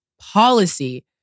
policy